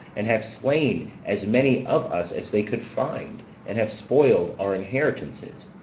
and have slain as many of us as they could find, and have spoiled our inheritances.